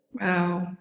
Wow